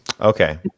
Okay